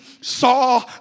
saw